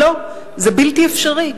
לא, זה בלתי אפשרי.